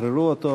שישחררו אותו